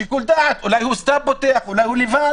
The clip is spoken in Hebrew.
בשיקול דעת, אולי הוא סתם פותח, אולי הוא לבד.